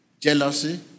jealousy